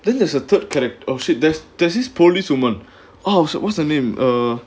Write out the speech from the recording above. then there's a third correct oh shit there's there's this policewoman asked what's the name ah